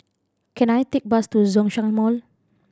can I take bus to Zhongshan Mall